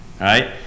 right